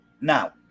Now